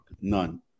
None